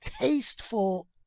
tasteful